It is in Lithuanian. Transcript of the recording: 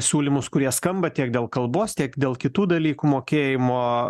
siūlymus kurie skamba tiek dėl kalbos tiek dėl kitų dalykų mokėjimo